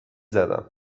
زدم